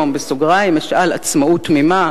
בסוגריים אשאל: עצמאות ממה?